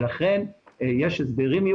ולכן יש הסדרים,